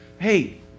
Hey